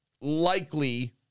likely